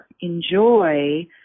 enjoy